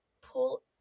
pull